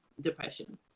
depression